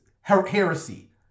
heresy